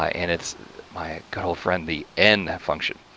ah and it's my good old friend the n function.